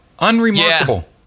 Unremarkable